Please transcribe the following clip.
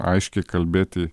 aiškiai kalbėti